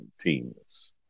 teams